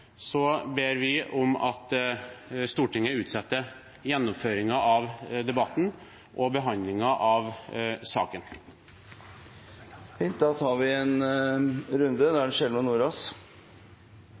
ber vi om at Stortinget utsetter gjennomføringen av debatten og behandlingen av saken. Da åpner vi for en runde.